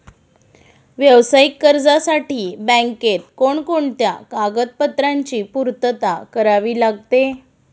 व्यावसायिक कर्जासाठी बँकेत कोणकोणत्या कागदपत्रांची पूर्तता करावी लागते?